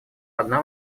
одна